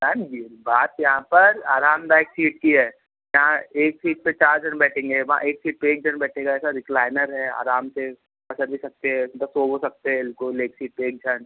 ma'am ये बात यहाँ पर आरामदायक सीट की है जहाँ एक सीट पर चार जन बैठेंगे वहाँ एक सीट पर एक जन बैठेगा ऐसा रिक्लाइनर है आराम से पसर भी सकते है मतलब सो वो सकते है इनको लेग सीट पर एक जन